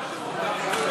מה השם?